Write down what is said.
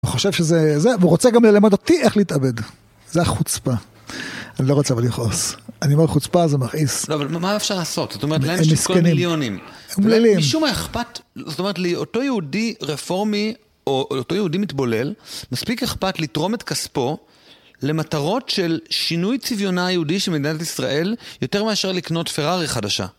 חושב שזה זה, והוא רוצה גם ללמד אותי איך להתאבד, זה החוצפה, אני לא רוצה אבל לכעוס, אני אומר חוצפה זה מכעיס. לא, אבל מה אפשר לעשות? זאת אומרת להם יש את כל המיליונים משום מה אכפת, זאת אומרת, לאותו יהודי רפורמי או לאותו יהודי מתבולל, מספיק אכפת לתרום את כספו למטרות של שינוי ציוויונה היהודי של מדינת ישראל יותר מאשר לקנות פרארי חדשה